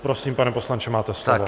Prosím, pane poslanče, máte slovo.